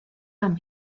mam